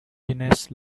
ines